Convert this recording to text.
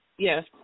Yes